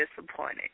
disappointed